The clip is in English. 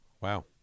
Wow